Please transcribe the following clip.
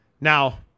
Now